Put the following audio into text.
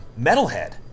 Metalhead